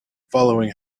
following